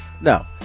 no